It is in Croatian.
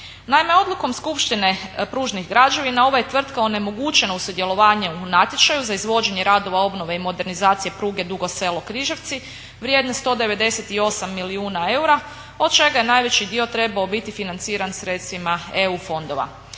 Naime, odlukom skupštine Pružnih građevina ova je tvrtka onemogućena u sudjelovanju u natječaju za izvođenje radova obnove i modernizacije pruge Dugo Selo-Križevci vrijedne 198 milijuna eura, od čega je najveći dio trebao biti financiran sredstvima EU fondova.